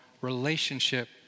relationship